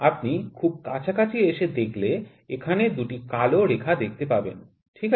আপনি খুব কাছাকাছি এসে দেখলে এখানে ২টি কালো রেখা দেখতে পাবেন ঠিক আছে